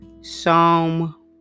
Psalm